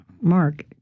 Mark